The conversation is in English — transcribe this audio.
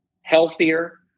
healthier